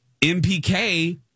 MPK